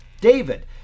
David